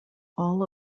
all